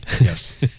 Yes